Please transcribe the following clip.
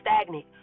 stagnant